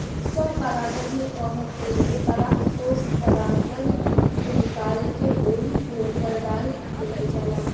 स्व परागण में कवनो फूल के परागकोष परागण से निकाल के ओही फूल पर डाल दिहल जाला